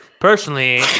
Personally